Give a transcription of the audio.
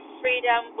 freedom